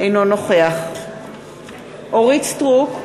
אינו נוכח אורית סטרוק,